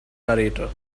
narrator